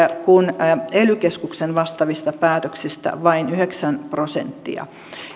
kun ely keskuksen vastaavista päätöksistä vain yhdeksän prosenttia